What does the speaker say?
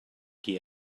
qui